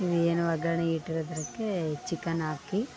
ಏನು ಒಗ್ಗರ್ಣೆ ಇಟ್ಟಿರೊದಕ್ಕೆ ಚಿಕನ್ ಹಾಕಿ